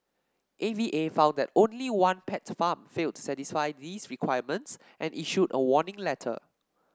A V A found that only one pet farm failed to satisfy these requirements and issued a warning letter